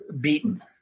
beaten